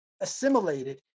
assimilated